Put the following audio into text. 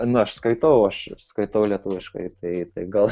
na aš skaitau aš ir skaitau lietuviškai tai tai gal